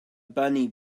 bunny